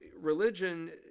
religion